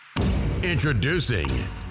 Introducing